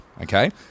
Okay